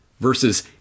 versus